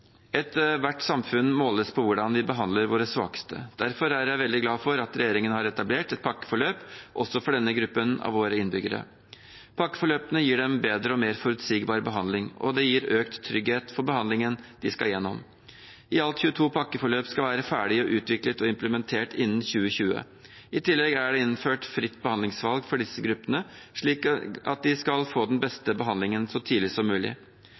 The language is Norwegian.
samfunn måles på hvordan de behandler sine svakeste. Derfor er jeg veldig glad for at regjeringen har etablert et pakkeforløp også for denne gruppen av våre innbyggere. Pakkeforløpene gir dem bedre og mer forutsigbar behandling, og det gir økt trygghet for behandlingen de skal igjennom. I alt 22 pakkeforløp skal være ferdig utviklet og implementert innen 2020. I tillegg er det innført fritt behandlingsvalg for disse gruppene, slik at de skal få den beste behandlingen så tidlig som mulig.